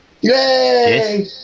Yay